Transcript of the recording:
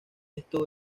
esto